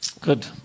Good